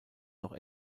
noch